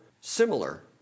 similar